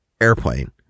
Airplane